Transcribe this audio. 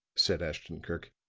said ashton-kirk,